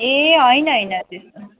ए होइन होइन त्यस्तो